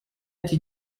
ati